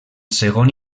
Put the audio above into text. segon